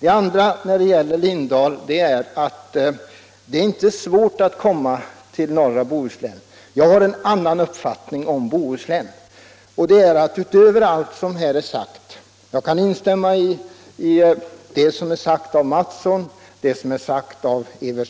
Till herr Lindahl vill jag också säga, att det inte är svårt att komma till norra Bohuslän. Jag har en annan uppfattning om Bohuslän. Jag kan instämma i det som har sagts av herr Mattsson i Skee och det som har sagts av herr Evert